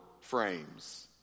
frames